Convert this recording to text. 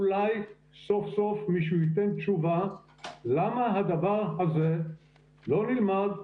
אולי סוף סוף מישהו ייתן תשובה למה הדבר הזה לא נלמד,